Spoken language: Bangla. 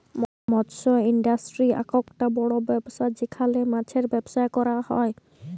মৎস ইন্ডাস্ট্রি আককটা বড় ব্যবসা যেখালে মাছের ব্যবসা ক্যরা হ্যয়